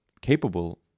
capable